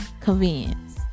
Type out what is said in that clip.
convenience